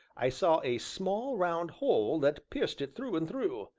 i saw a small round hole that pierced it through and through,